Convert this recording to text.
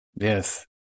Yes